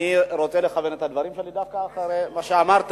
אני רוצה לכוון את הדברים שלי דווקא אחרי מה שאמרת: